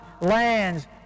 lands